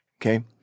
okay